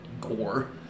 Gore